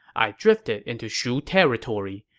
i drifted into shu territory.